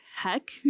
Heck